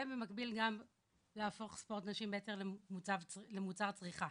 במקביל, גם להפוך ספורט נשים בהתאם למוצר צריכה,